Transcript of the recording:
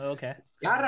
Okay